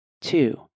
Two